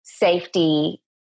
safety